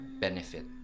benefit